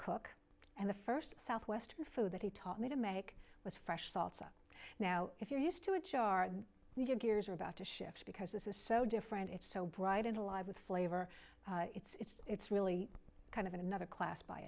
cook and the first southwestern food that he taught me to make was fresh salsa now if you're used to a jar and you gears are about to shift because this is so different it's so bright and alive with flavor it's really kind of another class by